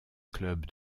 club